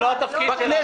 זה לא התפקיד שלנו.